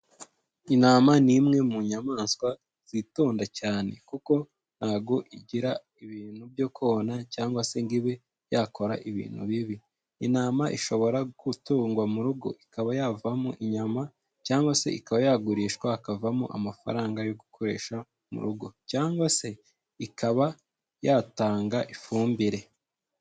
Intama ni imwe mu nyamaswa zitonda cyane kuko ntabwo igira ibintu byo kona cyangwa se ngo ibe yakora ibintu bibi, intama ishobora gutugwa mu rugo ikaba yavamo inyama cyangwa se ikaba yagurishwa hakavamo amafaranga yo gukoresha mu rugo, cyangwa se ikaba yatanga ifumbire.